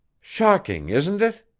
shocking, isn't it?